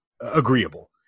agreeable